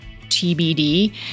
TBD